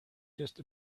just